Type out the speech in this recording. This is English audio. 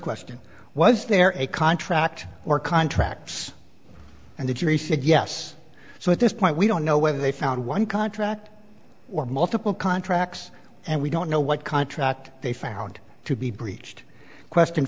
question was there a contract or contracts and the jury said yes so at this point we don't know whether they found one contract or multiple contracts and we don't know what contract they found to be breached question